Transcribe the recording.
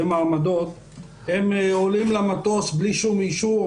הם עולים למטוס בלי שום אישור,